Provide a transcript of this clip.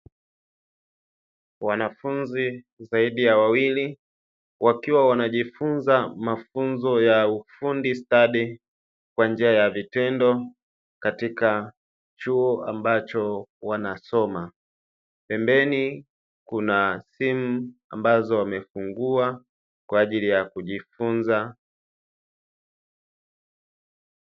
Wanafunzi zaidi ya wawili wa chuo wanajifunza mafunzo ya ufundi stadi kwa njia ya vitendo katika chuo ambacho wanasoma. Pembeni kuna simu ambazo wamefungua kwa ajili ya kujifunza.